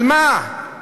על מה?